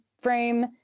frame